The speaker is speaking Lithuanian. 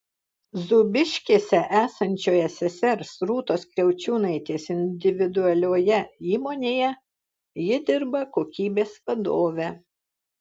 zūbiškėse esančioje sesers rūtos kriaučiūnaitės individualioje įmonėje ji dirba kokybės vadove